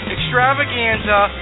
Extravaganza